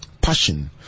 passion